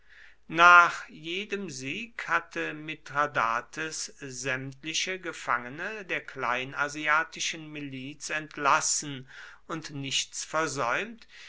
nach jedem sieg hatte mithradates sämtliche gefangene der kleinasiatischen miliz entlassen und nichts versäumt